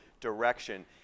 direction